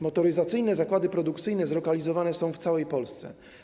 Motoryzacyjne zakłady produkcyjne zlokalizowane są w całej Polsce.